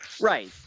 Right